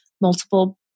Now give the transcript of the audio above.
multiple